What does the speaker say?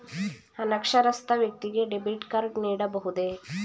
ಅನಕ್ಷರಸ್ಥ ವ್ಯಕ್ತಿಗೆ debit card ನೀಡಬಹುದೇ?